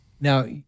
Now